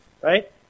Right